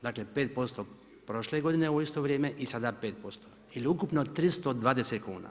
Dakle 5% prošle godine u isto vrijeme i sada 5% Ili ukupno 320 kuna.